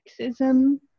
sexism